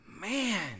Man